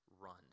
run